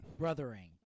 brothering